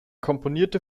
komponierte